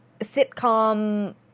sitcom